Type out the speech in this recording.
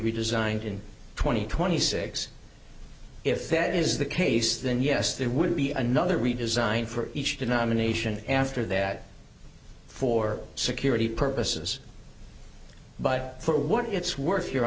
redesigned in twenty twenty six if that is the case then yes there would be another redesign for each denomination after that for security purposes but for what it's worth your